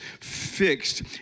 fixed